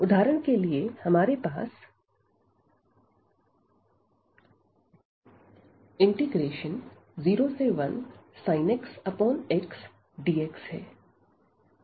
उदाहरण के लिए हमारे पास 01sin x xdx है